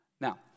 Now